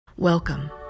Welcome